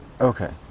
Okay